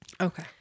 Okay